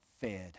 fed